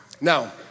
Now